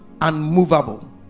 unmovable